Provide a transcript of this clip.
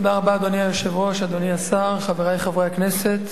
אדוני היושב-ראש, אדוני השר, חברי חברי הכנסת,